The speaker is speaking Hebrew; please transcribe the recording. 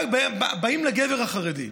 באים לגבר החרדי,